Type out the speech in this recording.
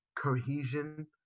cohesion